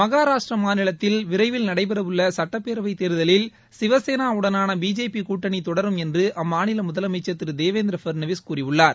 மகாராஷ்டிர மாநிலத்தில் விரைவில் நடைபெறவுள்ள சட்டப்பேரவைத் தேர்தலில் சிவசேனா உடனான பிஜேபி கூட்டணி தொடரும் என்று அம்மாநில முதலமைச்சர் திரு தேவேந்திர ஃபட்னாவிஸ் கூறியுளளார்